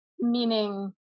meaning